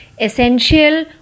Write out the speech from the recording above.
essential